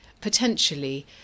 potentially